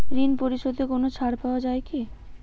ঋণ পরিশধে কোনো ছাড় পাওয়া যায় কি?